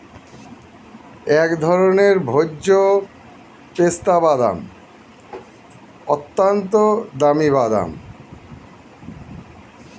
এক ধরনের ভোজ্য পেস্তা বাদাম, অত্যন্ত দামি বাদাম